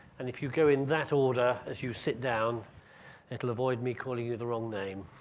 and if you go in that order as you sit down it'll avoid me calling you the wrong name.